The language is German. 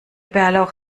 bärlauch